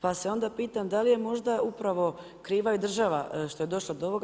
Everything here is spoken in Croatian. Pa se onda pitam da li je možda upravo kriva i država što je došlo do ovoga?